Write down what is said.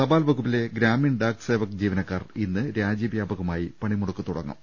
തപാൽ വകൂപ്പിലെ ഗ്രാമീൺ ഡാക് സേവക് ജീവനക്കാർ ഇന്ന് രാജ്യവ്യാപകമായി പണിമുടക്ക് തുടങ്ങും